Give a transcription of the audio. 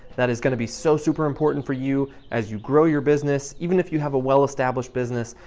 that is gonna be so super important for you as you grow your business, even if you have a well-established business,